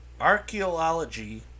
archaeology